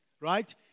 right